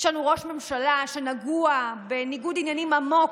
יש לנו ראש ממשלה שנגוע בניגוד עניינים עמוק,